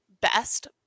best